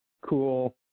cool